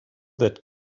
that